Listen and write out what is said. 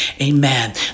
Amen